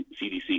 CDC